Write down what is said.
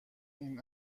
این